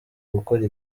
gukora